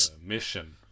mission